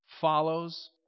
follows